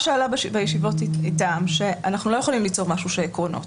ומה שעלה בישיבות איתם שאנחנו לא יכולים ליצור שהוא עקרונות.